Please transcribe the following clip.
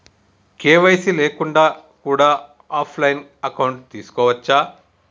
KYC లేకుండా కూడా offline account తీసుకోవచ్చా?